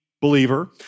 believer